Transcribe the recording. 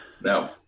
No